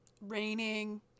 Raining